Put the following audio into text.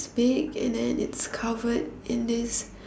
big and then it's covered in this